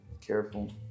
Careful